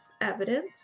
evidence